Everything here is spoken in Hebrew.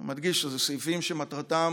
אני מדגיש שאלה סעיפים שמטרתם